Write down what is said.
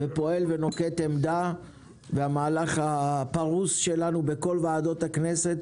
פועל ומביע עמדה במערך הפרוס שלנו בכל ועדות הכנסת